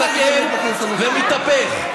מסכם ומתהפך.